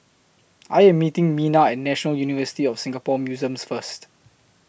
I Am meeting Mina At National University of Singapore Museums First